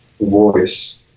voice